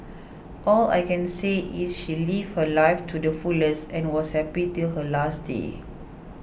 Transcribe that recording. all I can say is she lived her life too the fullest and was happy till her last day